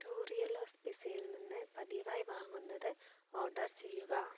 Turiellos പിസ്സയിൽ നിന്ന് പതിവായി വാങ്ങുന്നത് ഓർഡർ ചെയ്യുക